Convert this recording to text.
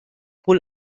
wohl